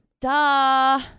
Duh